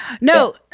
No